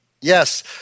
Yes